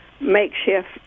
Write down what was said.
makeshift